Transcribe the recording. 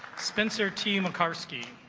spenser team a car ski